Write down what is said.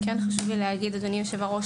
חשוב לי להגיד אדוני היושב ראש,